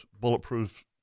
bulletproof